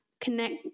Connect